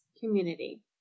community